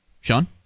Sean